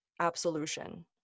absolution